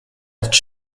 its